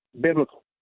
biblical